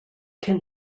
can